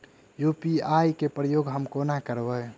UPI केँ प्रयोग हम कोना करबे?